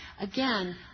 Again